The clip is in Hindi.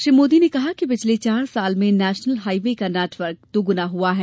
श्री मोदी ने कहा कि पिछले चार साल में नेशनल हाईवे का नेटवर्क दूगना हुआ है